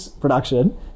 production